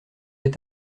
est